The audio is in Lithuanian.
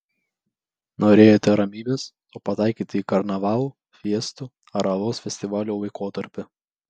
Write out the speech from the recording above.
norėjote ramybės o pataikėte į karnavalų fiestų ar alaus festivalių laikotarpį